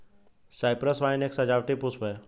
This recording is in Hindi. साइप्रस वाइन एक सजावटी पुष्प है